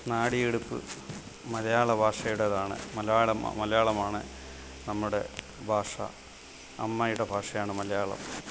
നാഡീയിടുപ്പ് മലയാള ഭാഷയുടേതാണ് മലയാളം മലയാളമാണ് നമ്മുടെ ഭാഷ അമ്മയുടെ ഭാഷയാണ് മലയാളം